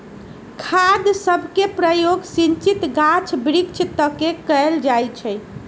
खाद सभके प्रयोग सिंचित गाछ वृक्ष तके कएल जाइ छइ